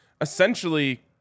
Essentially